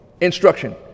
instruction